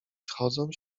schodzą